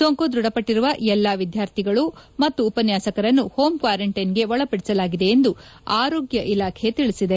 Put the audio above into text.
ಸೋಂಕು ದೃಢಪಟ್ಟಿರುವ ಎಲ್ಲ ವಿದ್ಯಾರ್ಥಿ ಗಳು ಮತ್ತು ಉಪನ್ಯಾಸಕರನ್ನು ಹೋಂ ಕ್ವಾರಂಟೈನ್ಗೆ ಒಳಪಡಿಸಲಾಗಿದೆ ಎಂದು ಆರೋಗ್ಯ ಇಲಾಖೆ ತಿಳಿಸಿದೆ